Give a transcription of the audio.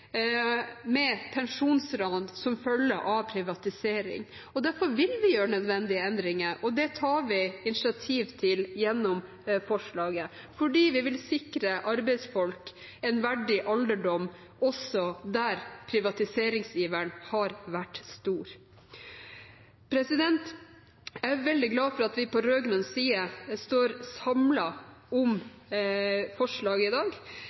med pensjonsran som følge av privatisering. Derfor vil vi gjøre nødvendige endringer. Det tar vi initiativ til gjennom forslaget. Det er fordi vi vil sikre arbeidsfolk en verdig alderdom, også der privatiseringsiveren har vært stor. Jeg er veldig glad for at vi på rød-grønn side står samlet om forslaget i dag,